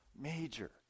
major